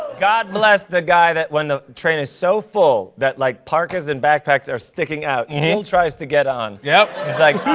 god bless the guy that when the train is so full, that like parkas and backpacks backpacks are sticking out, you know still tries to get on. yep. he's like,